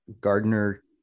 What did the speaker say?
Gardner